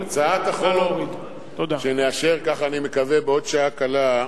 הצעת החוק שנאשר, כך אני מקווה, בעוד שעה קלה,